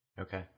Okay